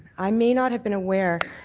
i may not have been aware.